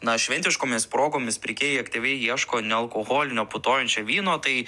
na šventiškomis progomis pirkėjai aktyviai ieško nealkoholinio putojančio vyno tai